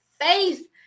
faith